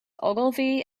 ogilvy